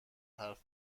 حرف